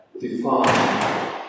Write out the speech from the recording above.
define